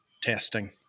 testing